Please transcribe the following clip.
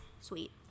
sweet